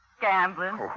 Gambling